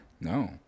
no